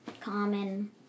Common